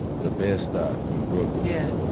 the bed-stuy from brooklyn. yeah